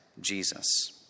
Jesus